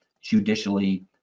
judicially